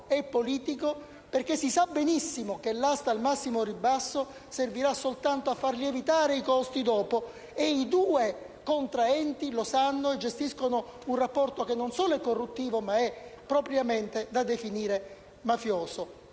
e politico, perché si sa benissimo che l'asta al massimo ribasso servirà soltanto a far lievitare i costi dopo. I due contraenti lo sanno e gestiscono un rapporto che non solo è corruttivo, ma è propriamente da definire mafioso.